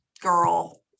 girl